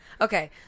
okay